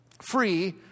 free